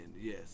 Yes